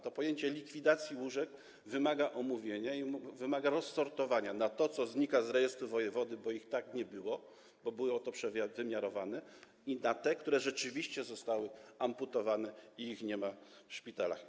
To pojęcie likwidacji łóżek wymaga omówienia i rozsortowania na to, co znika z rejestru wojewody, bo ich i tak nie było, bo było to przewymiarowane, i na te, które rzeczywiście zostały amputowane i nie ma ich w szpitalach.